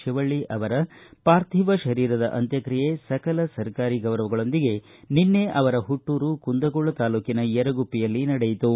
ಶಿವಳ್ಳಿ ಅವರ ಪಾರ್ಥಿವ ಶರೀರದ ಅಂತ್ಯಕ್ರಿಯೆ ಸಕಲ ಸರ್ಕಾರಿ ಗೌರವಗಳೊಂದಿಗೆ ನಿನ್ನೆ ಅವರ ಪುಟ್ಟೂರು ಕುಂದಗೋಳ ತಾಲೂಕಿನ ಯರಗುಪ್ಪಿಯಲ್ಲಿ ನಿನ್ನೆ ನಡೆಯಿತು